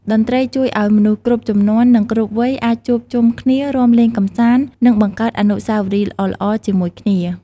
តន្ត្រីជួយឱ្យមនុស្សគ្រប់ជំនាន់ និងគ្រប់វ័យអាចជួបជុំគ្នា រាំលេងកម្សាន្ត និងបង្កើតអនុស្សាវរីយ៍ល្អៗជាមួយគ្នា។